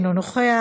אינו נוכח,